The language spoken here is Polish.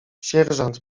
sierżant